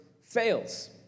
fails